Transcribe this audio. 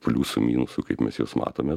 pliusų minusų kaip mes jus matome